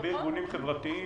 לגבי ארגונים חברתיים,